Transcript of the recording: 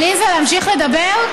עליזה, להמשיך לדבר?